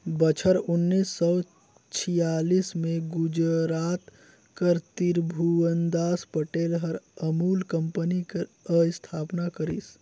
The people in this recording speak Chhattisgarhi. बछर उन्नीस सव छियालीस में गुजरात कर तिरभुवनदास पटेल हर अमूल कंपनी कर अस्थापना करिस